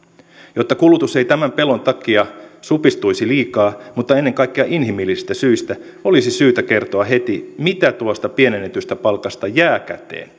jotta kulutus ei tämän pelon takia supistuisi liikaa mutta ennen kaikkea inhimillisistä syistä olisi syytä kertoa heti mitä tuosta pienennetystä palkasta jää käteen